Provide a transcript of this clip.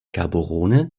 gaborone